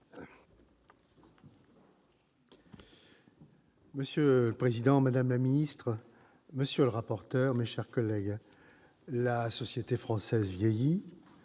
Monsieur le président, madame la ministre, monsieur le rapporteur, mes chers collègues, la société française vieillit.